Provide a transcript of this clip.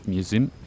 Museum